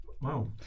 Wow